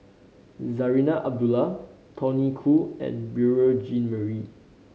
Zarinah Abdullah Tony Khoo and Beurel Jean Marie